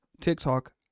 TikTok